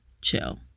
chill